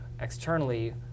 externally